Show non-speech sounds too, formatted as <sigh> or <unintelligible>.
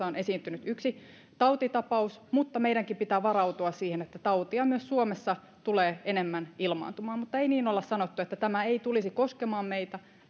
<unintelligible> on esiintynyt yksi tautitapaus mutta meidänkin pitää varautua siihen että tautia myös suomessa tulee enemmän ilmaantumaan mutta ei niin olla sanottu että tämä ei tulisi koskemaan meitä vaan